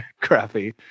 crappy